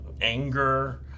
anger